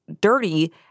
dirty